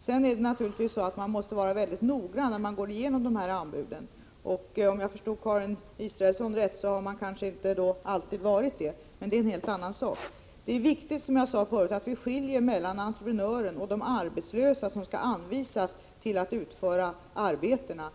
Givetvis måste man vara noggrann när man går igenom dessa anbud, och om jag förstår Karin Israelsson rätt har man kanske inte alltid varit det. Men det är en helt annan fråga. Det är, som jag sade förut, viktigt att vi skiljer mellan entreprenören och de arbetslösa som skall anvisas att utföra arbetena.